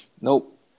Nope